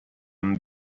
amb